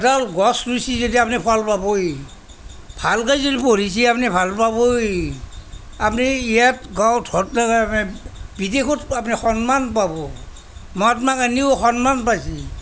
এডাল গছ ৰুইছে যেতিয়া আপুনি ফল পাবই ভালকে যদি পঢ়িছে আপুনি ভাল পাবই আপুনি ইয়াত বিদেশত আপুনি সন্মান পাব মহাত্মা গান্ধীয়েও সন্মান পাইছিল